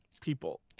people